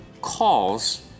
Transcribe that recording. calls